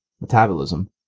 metabolism